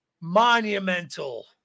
monumental